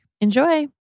Enjoy